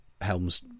helms